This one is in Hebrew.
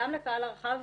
גם לקהל הרחב.